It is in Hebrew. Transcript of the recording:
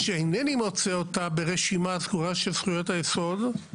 מה שאינני מוצא אותה ברשימה הסגורה של זכויות היסוד,